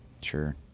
sure